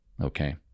okay